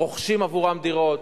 רוכשים עבורם דירות.